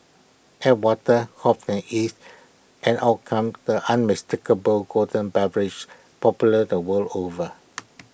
add water hops and yeast and out comes the unmistakable golden beverage popular the world over